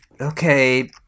Okay